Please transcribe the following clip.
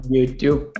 YouTube